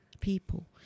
people